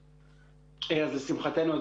לשמחתנו,